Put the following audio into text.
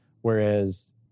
whereas